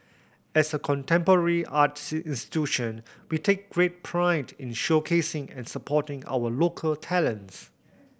as a contemporary art institution we take great pride in showcasing and supporting our local talents